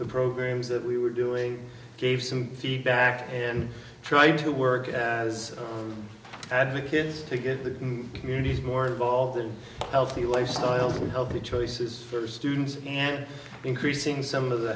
the programs that we were doing gave some feedback and try to work as hadley kids to get the communities more involved in healthy lifestyles healthy choices for students and increasing some of the